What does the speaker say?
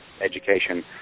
education